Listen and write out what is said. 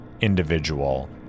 individual